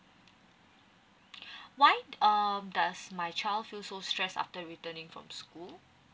why um does my child feel so stressed after returning from school